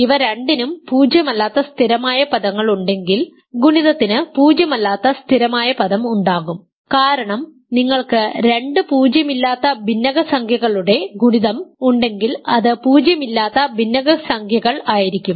ഇവ രണ്ടിനും പൂജ്യമല്ലാത്ത സ്ഥിരമായ പദങ്ങൾ ഉണ്ടെങ്കിൽ ഗുണിതത്തിന് പൂജ്യമല്ലാത്ത സ്ഥിരമായ പദം ഉണ്ടാകും കാരണം നിങ്ങൾക്ക് രണ്ട് പൂജ്യമില്ലാത്ത ഭിന്നകസംഖ്യകളുടെ ഗുണിതം ഉണ്ടെങ്കിൽ അത് പൂജ്യമില്ലാത്ത ഭിന്നകസംഖ്യകൾ ആയിരിക്കും